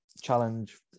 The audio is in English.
challenge